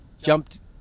Jumped